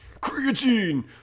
Creatine